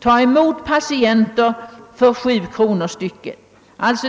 ta emot patienter för 7 kronor per patient?